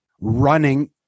running